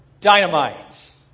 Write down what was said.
dynamite